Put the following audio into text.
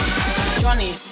Johnny